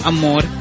Amor